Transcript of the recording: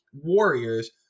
warriors